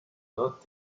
not